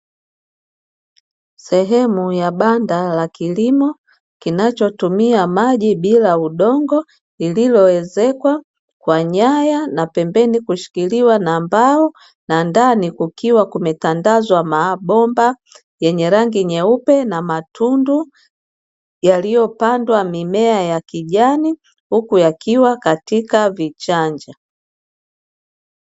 Sehemu ya banda la kilimo kinachotumia maji bila udongo, lililoezekwa kwa nyaya na pembeni kushikiliwa na mbao, na ndani kukiwa kumetandazwa mabomba yenye rangi nyeupe na matundu yaliyopandwa mimea ya kijani huku yakiwa katika vichanja.